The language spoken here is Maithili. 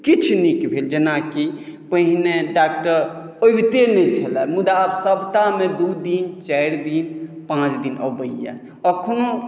किछु नीक भेल जेनाकि पहिने डॉक्टर अबिते नहि छलए मुदा आब सप्ताहमे दू दिन चारि दिन पाँच दिन अबैे एखनहु